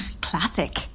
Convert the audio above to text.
Classic